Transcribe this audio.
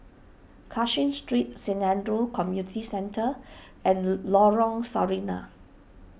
Cashin Street Saint andrew's Community Center and Lorong Sarina